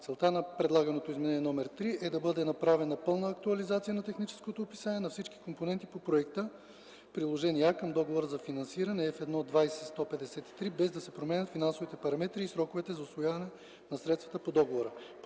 Целта на предлаганото Изменение № 3 е да бъде направена пълна актуализация на техническото описание на всички компоненти по проекта – Приложение А към Договора за финансиране FI 20.153, без да се променят финансовите параметри и сроковете за усвояване на средствата по договора.